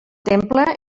temple